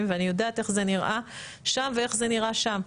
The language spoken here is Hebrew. ואני יודעת איך זה נראה שם ואיך זה נראה שם.